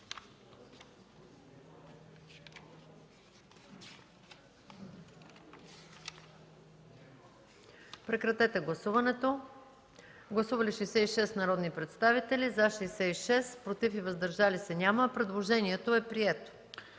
който става § 72. Гласували 69 народни представители: за 69, против и въздържали се няма. Предложението е прието.